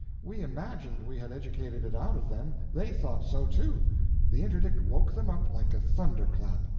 we imagined we had educated it out of them they thought so, too the interdict woke them up like a thunderclap!